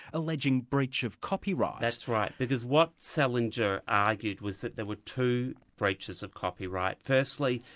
alleging breach of copyright. that's right. because what salinger argued was that there were two breaches of copyright. firstly,